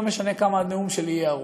לא משנה כמה הנאום שלי יהיה ארוך.